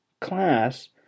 class